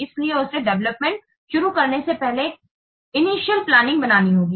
इसलिए उसे डेवलपमेंट शुरू करने से पहले एक प्रारंभिक प्लानिंग बनानी होगी